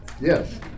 Yes